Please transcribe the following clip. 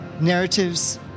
narratives